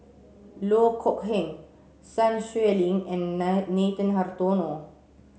Loh Kok Heng Sun Xueling and Nathan Hartono